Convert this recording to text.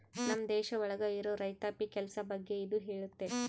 ನಮ್ ದೇಶ ಒಳಗ ಇರೋ ರೈತಾಪಿ ಕೆಲ್ಸ ಬಗ್ಗೆ ಇದು ಹೇಳುತ್ತೆ